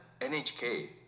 NHK